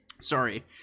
Sorry